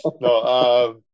No